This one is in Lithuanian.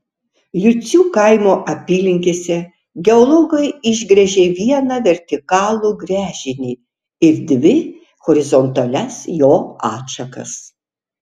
jucių kaimo apylinkėse geologai išgręžė vieną vertikalų gręžinį ir dvi horizontalias jo atšakas